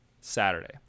Saturday